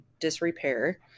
disrepair